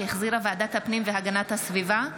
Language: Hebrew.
שהחזירה ועדת הפנים והגנת הסביבה.